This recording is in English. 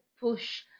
push